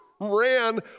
ran